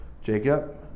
Jacob